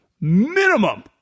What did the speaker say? minimum